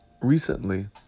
recently